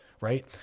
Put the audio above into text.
right